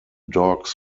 dogs